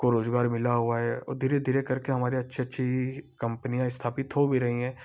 को रोजगार मिला हुआ है और धीरे धीरे करके हमारे अच्छे अच्छी कम्पनियाँ स्थापित हो भी रही हैं